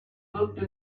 looked